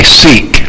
seek